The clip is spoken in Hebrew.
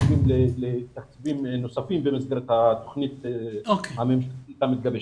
תקציבים נוספים במסגרת התוכנית הממשלתית המתגבשת.